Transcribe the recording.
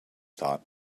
thought